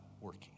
working